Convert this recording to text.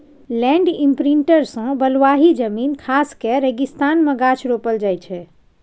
land imprinter सँ बलुआही जमीन खास कए रेगिस्तान मे गाछ रोपल जाइ छै